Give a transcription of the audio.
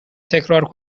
تکرار